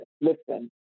listen